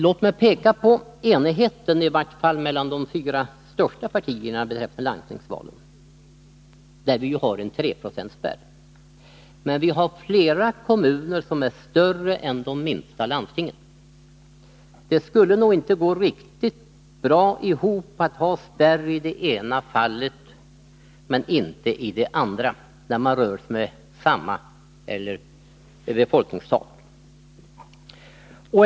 Låt mig peka på enigheten — i vart fall mellan de fyra största partierna — beträffande landstingsvalen, där vi har en treprocentspärr. Men vi har flera kommuner som är större än de minsta landstingen. Det skulle nog inte gå riktigt ihop att ha spärr i det ena fallet och inte i det andra, när man rör sig med lika befolkningstal.